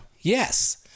Yes